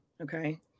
okay